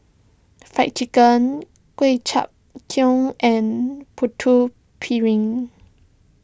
Fried Chicken Ku Chai and Putu Piring